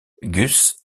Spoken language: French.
gus